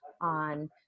on